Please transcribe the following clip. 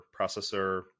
processor